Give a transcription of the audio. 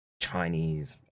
Chinese